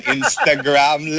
Instagram